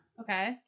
Okay